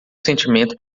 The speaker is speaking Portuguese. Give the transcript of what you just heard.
sentimento